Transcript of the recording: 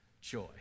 joy